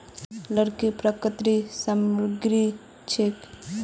लकड़ी प्राकृतिक सामग्री छिके